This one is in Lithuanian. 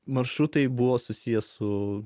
maršrutai buvo susiję su